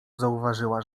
zauważyła